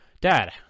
Dad